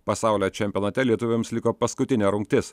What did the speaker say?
pasaulio čempionate lietuviams liko paskutinė rungtis